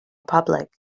public